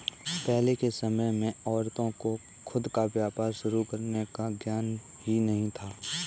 पहले के समय में औरतों को खुद का व्यापार शुरू करने का ज्ञान ही नहीं था